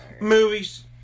Movies